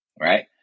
right